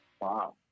Wow